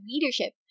leadership